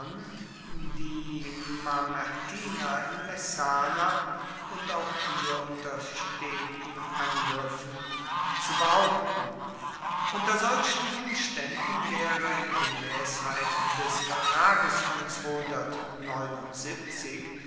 die mamertiner in messana und auch hier unter steten angriffen zu behaupten unter solchen umstaenden waere in gemaessheit des vertrags von